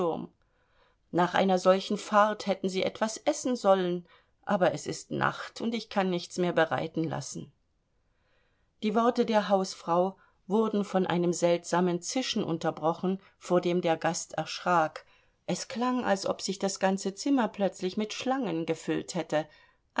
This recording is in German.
nach einer solchen fahrt hätten sie etwas essen sollen aber es ist nacht und ich kann nichts mehr bereiten lassen die worte der hausfrau wurden von einem seltsamen zischen unterbrochen vor dem der gast erschrak es klang als ob sich das ganze zimmer plötzlich mit schlangen gefüllt hätte